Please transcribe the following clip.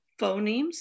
phonemes